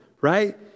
right